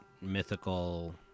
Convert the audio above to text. mythical